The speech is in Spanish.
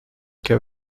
que